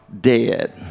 dead